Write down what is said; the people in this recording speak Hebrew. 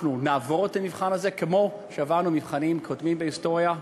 אנחנו נעבור את המבחן הזה כמו שעברנו מבחנים קודמים בהיסטוריה.